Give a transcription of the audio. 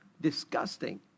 disgusting